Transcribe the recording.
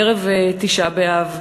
ערב תשעה באב,